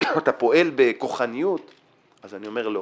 אתה פועל בכוחניות, אז אני אומר לא.